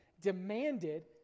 demanded